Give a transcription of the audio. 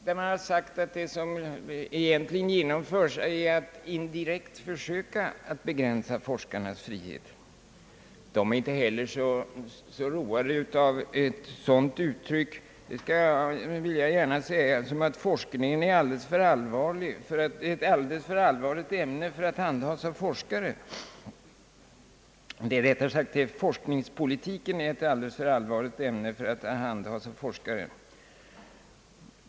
Vad man i detta fall egentligen sökte genomföra är enligt vad som sagts en indirekt begränsning av forskarnas frihet. Grundforskarna känner sig inte heller roade av ett sådant uttalande som att forskningspolitiken skulle vara ett alldeles för allvarligt ämne för att handhas av forskare.